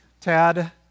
Tad